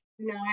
No